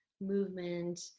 movement